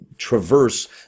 traverse